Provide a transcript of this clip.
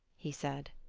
he said.